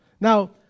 Now